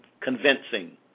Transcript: convincing